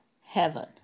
heaven